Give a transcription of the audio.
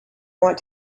want